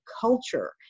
culture